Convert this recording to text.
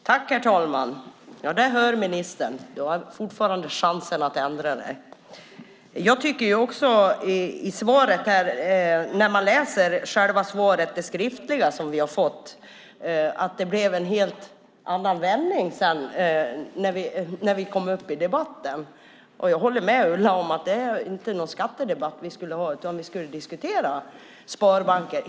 Herr talman! Som sagt, ministern har fortfarande möjlighet att ändra sig. När man läser det skriftliga svar som vi fått och jämför det med det som sades från talarstolen blev det en vändning. Jag håller med Ulla Andersson om att vi inte ska ha någon skattedebatt utan helt seriöst diskutera sparbankerna.